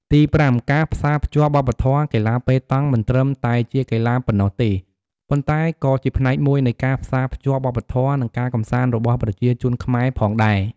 ទីប្រាំការផ្សារភ្ជាប់វប្បធម៌ កីឡាប៉េតង់មិនត្រឹមតែជាកីឡាប៉ុណ្ណោះទេ ប៉ុន្តែក៏ជាផ្នែកមួយនៃការផ្សារភ្ជាប់វប្បធម៌ និងការកម្សាន្តរបស់ប្រជាជនខ្មែរផងដែរ។